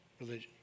religion